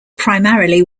primarily